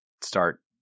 start